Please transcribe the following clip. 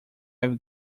have